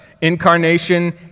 Incarnation